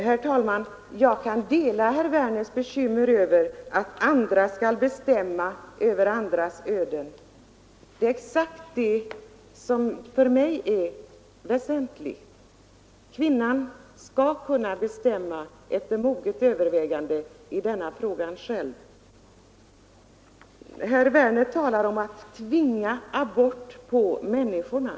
Herr talman! Jag kan dela herr Werners i Malmö bekymmer över att människor skall bestämma över andras öden. Det är det som är väsentligt för mig. Kvinnan skall ha rätten att efter moget övervägande själv bestämma i denna fråga. Herr Werner talar om att tvinga abort på människorna.